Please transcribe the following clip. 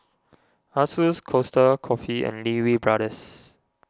Asus Costa Coffee and Lee Wee Brothers